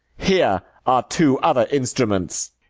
here are two other instruments.